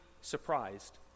surprised